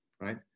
right